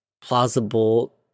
plausible